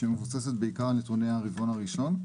שמבוססת בעיקר על נתוני הרבעון הראשון,